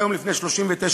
היום, בעידן המודרני,